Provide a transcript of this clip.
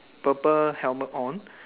purple helmet on